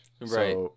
Right